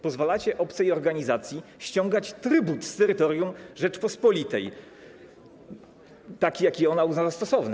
Pozwalacie obcej organizacji ściągać trybut z terytorium Rzeczypospolitej, taki jaki ona uzna za stosowny.